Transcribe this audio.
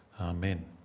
Amen